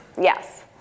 Yes